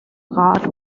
rat